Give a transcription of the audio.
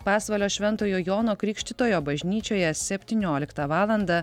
pasvalio šventojo jono krikštytojo bažnyčioje septynioliktą valandą